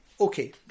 okay